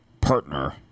partner